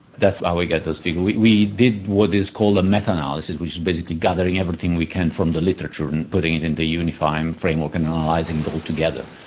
that's how we get those figures. we we did what is called meta-analysis, which is basically gathering everything we can from the literature and putting it into a unifying framework and analysing it all together.